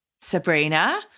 Sabrina